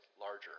larger